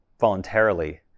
voluntarily